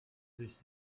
sich